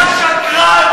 משקר,